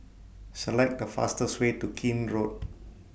Select The fastest Way to Keene Road